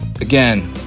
again